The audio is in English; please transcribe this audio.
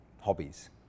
hobbies